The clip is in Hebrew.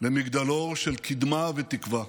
למגדלור של קדמה ותקווה.